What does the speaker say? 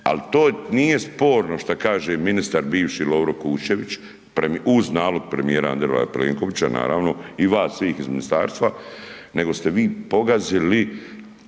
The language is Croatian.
ali to nije sporno šta kažem ministar bivši Lovro Kuščević uz nalog premijera Andreja Plenkovića, naravno i vas svih iz ministarstva nego ste vi pogazili